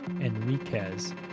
Enriquez